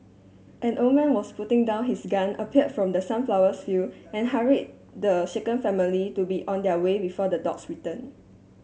an old man was putting down his gun appeared from the sunflower field and hurried the shaken family to be on their way before the dogs return